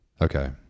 Okay